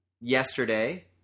yesterday